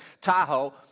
Tahoe